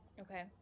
Okay